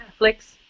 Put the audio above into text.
Netflix